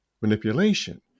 manipulation